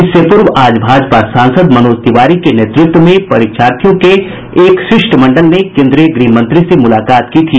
इससे पूर्व आज भाजपा सांसद मनोज तिवारी के नेतृत्व में परीक्षार्थियों के एक शिष्ट मंडल ने केन्द्रीय गृह मंत्री से मुलाकात की थी